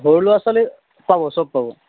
সৰু ল'ৰা ছোৱালী পাব সব পাব